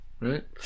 Right